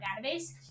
database